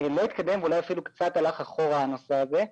לא התקדם, אולי אפילו קצת הלך אחורה הנושא הזה.